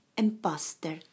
Imposter